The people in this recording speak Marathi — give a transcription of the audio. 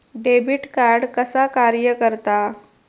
डेबिट कार्ड कसा कार्य करता?